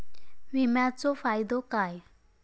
विमाचो फायदो काय?